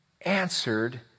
answered